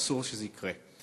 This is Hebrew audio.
אסור שזה יקרה.